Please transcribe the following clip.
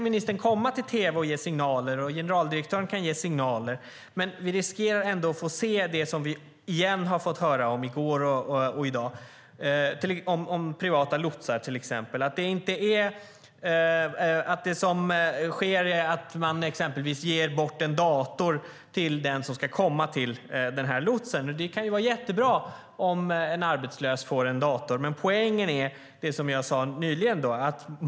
Ministern och generaldirektören kan komma till tv och ge signaler, men vi riskerar ändå att åter få se det som vi har fått höra om i går och i dag, till exempel om privata lotsar. Det som sker är att man exempelvis ger bort en dator till den som ska komma till lotsen. Det kan vara jättebra om en arbetslös får en dator. Men poängen är det som jag sade nyss.